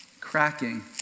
cracking